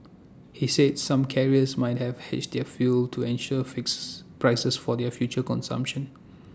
he said some carriers might have hedged their fuel to ensure fixes prices for their future consumption